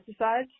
pesticides